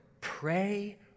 pray